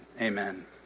Amen